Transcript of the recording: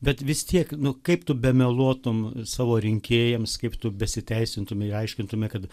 bet vis tiek nu kaip tu bemeluotum savo rinkėjams kaip tu besiteisintum aiškintume kad